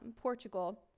Portugal